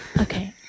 Okay